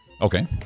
Okay